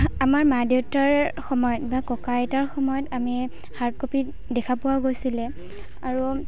আমাৰ মা দেউতাৰ সময়ত বা ককা আইতাৰ সময়ত আমি হাৰ্ড কপি দেখা পোৱা গৈছিলে আৰু